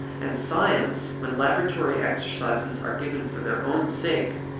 and science, when laboratory exercises are given for their own sake,